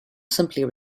simply